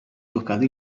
toccato